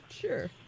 Sure